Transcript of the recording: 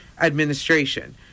administration